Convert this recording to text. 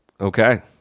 Okay